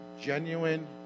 genuine